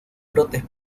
brotes